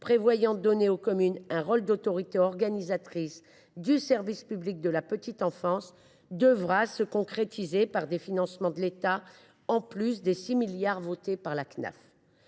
prévoyant de donner aux communes un rôle d’autorités organisatrices du service public de la petite enfance devra se concrétiser par des financements de l’État additionnels aux 6 milliards d’euros